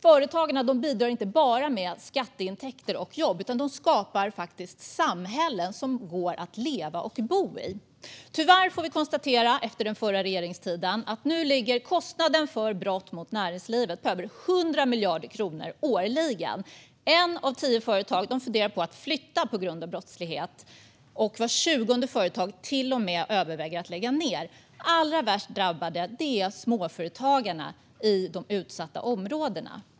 Företagen bidrar inte bara med skatteintäkter och jobb, utan de skapar faktiskt också samhällen som det går att leva och bo i. Tyvärr får vi konstatera att efter den förra regeringstiden ligger kostnaden för brott mot näringslivet på över 100 miljarder kronor årligen. Ett av tio företag funderar på att flytta på grund av brottslighet, och vart tjugonde företag överväger till och med att lägga ned. Allra värst drabbade är småföretagarna i de utsatta områdena.